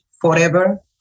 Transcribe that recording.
Forever